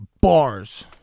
Bars